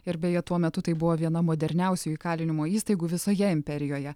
ir beje tuo metu tai buvo viena moderniausių įkalinimo įstaigų visoje imperijoje